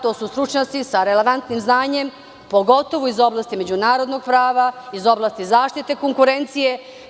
To su stručnjaci sa relevantnim znanjem, pogotovo iz oblasti međunarodnog prava, iz oblasti zaštite konkurencije.